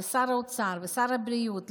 לשר האוצר ולשר הבריאות,